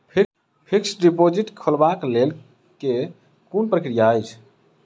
Fixed deposit खोलबाक लेल केँ कुन प्रक्रिया अछि?